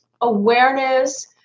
awareness